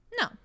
No